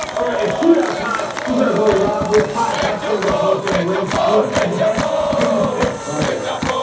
alright, it's shootout time. this is our goalie rob. we have five pucks. whoever gets the most in wins we're going head-to-head, stick-to-stick. don't say that.